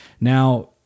Now